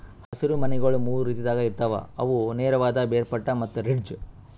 ಹಸಿರು ಮನಿಗೊಳ್ ಮೂರು ರೀತಿದಾಗ್ ಇರ್ತಾವ್ ಅವು ನೇರವಾದ, ಬೇರ್ಪಟ್ಟ ಮತ್ತ ರಿಡ್ಜ್